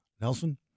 Nelson